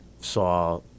saw